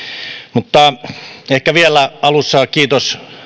mutta ehkä vielä alussa kiitos